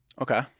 Okay